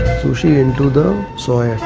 sushi into the soy.